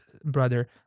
brother